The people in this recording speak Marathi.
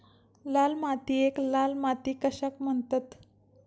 लाल मातीयेक लाल माती कशाक म्हणतत?